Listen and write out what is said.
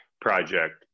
project